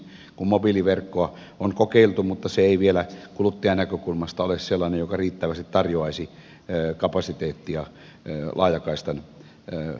mobiiliverkkoa on kokeiltu mutta se ei vielä kuluttajan näkökulmasta ole sellainen joka riittävästi tarjoaisi kapasiteettia laajakaistan käyttäjille